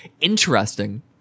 interesting